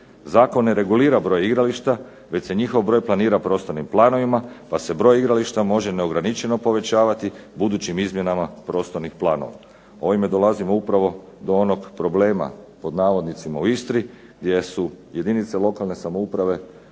Zakon ne regulira broj igrališta, već se njihov broj planira prostornim planovima, pa se broj igrališta može neograničeno povećavati budućim izmjenama prostornih planova. Ovime dolazimo upravo do onog problema, pod navodnicima u Istri, gdje su jedinice lokalne samouprave